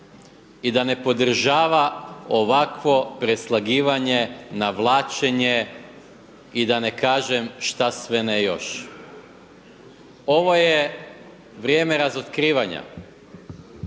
i da ne podržava ovakvo preslagivanje, navlačenje i da ne kažem šta sve ne još. Ovo je vrijeme razotkrivanja.